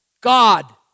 God